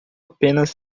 apenas